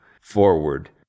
forward